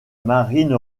marine